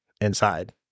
inside